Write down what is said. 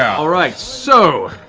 all right, so.